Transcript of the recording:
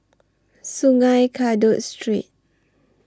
Sungei Kadut Street